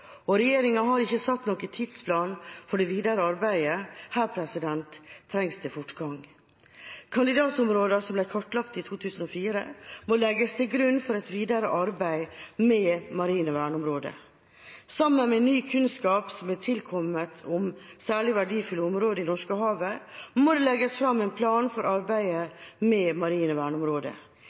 og regjeringa har ikke satt noen tidsplan for det videre arbeidet. Her trengs det fortgang. Kandidatområdene som ble kartlagt i 2004, må legges til grunn for et videre arbeid med marine verneområder. Sammen med ny kunnskap som er tilkommet om særlig verdifulle områder i Norskehavet, må det legges fram en plan for arbeidet med marine verneområder.